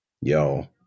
yo